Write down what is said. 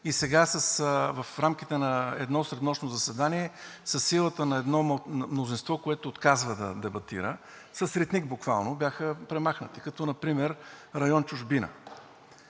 и сега в рамките на едно среднощно заседание със силата на едно мнозинство, което отказва да дебатира – с ритник буквално, бяха премахнати, като например район „Чужбина“.